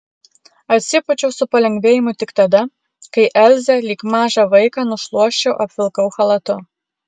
atsipūčiau su palengvėjimu tik tada kai elzę lyg mažą vaiką nušluosčiau apvilkau chalatu